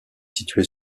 situé